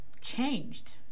changed